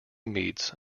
meats